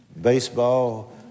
baseball